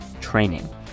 training